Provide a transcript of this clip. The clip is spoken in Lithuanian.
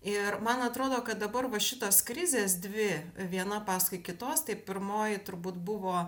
ir man atrodo kad dabar va šitos krizės dvi viena paskui kitos tai pirmoji turbūt buvo